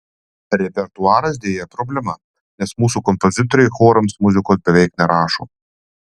repertuaras deja problema nes mūsų kompozitoriai chorams muzikos beveik nerašo